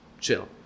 chill